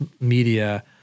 media